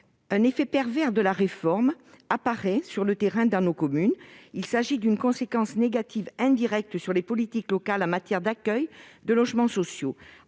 un effet pervers de la réforme sur le terrain, dans nos communes. Il s'agit d'une conséquence négative indirecte sur les politiques locales en matière d'accueil de logements sociaux.